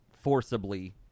forcibly